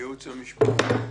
ולייעוץ המשפטי בהחלט.